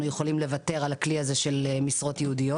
יכולים לוותר על הכלי של המשרות ייעודיות.